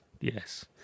Yes